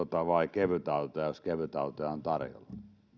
vai kevytautoja jos kevytautoja on tarjolla kyllä